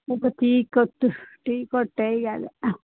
ఒక టీ కొట్టు టీ కొట్టే కదా